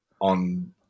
on